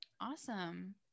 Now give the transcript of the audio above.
awesome